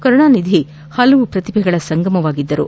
ಕರುಣಾನಿಧಿ ಹಲವು ಪ್ರತಿಭೆಗಳ ಸಂಗಮವಾಗಿದ್ದರು